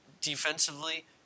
defensively